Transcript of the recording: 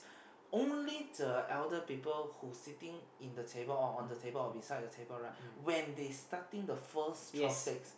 only the elder people who sitting in the table or on the table or beside the table right when they starting the first chopsticks